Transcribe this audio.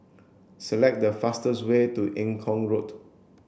select the fastest way to Eng Kong Road